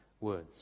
words